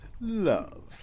love